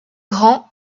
grand